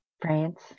France